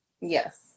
Yes